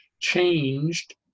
changed